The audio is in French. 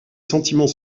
sentiments